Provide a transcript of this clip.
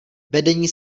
vedení